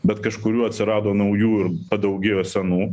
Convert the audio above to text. bet kažkuriuo atsirado naujų ir padaugėjo senų